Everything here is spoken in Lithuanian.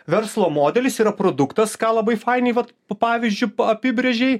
verslo modelis yra produktas ką labai fainiai vat pa pavyzdžiu apibrėžei